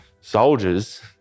soldiers